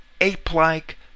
ape-like